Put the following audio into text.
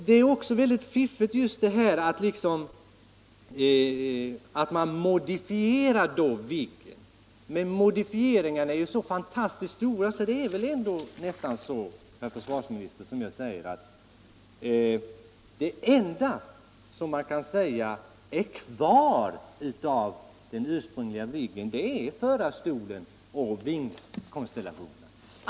Det är också mycket fiffigt att man då modifierar Viggen. Men modifieringarna är ju så fantastiskt stora att det väl ändå är så, herr försvarsminister, att det enda som finns kvar av den ursprungliga Viggen är förarstolen och vingkonstellationen.